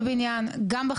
בין אם זה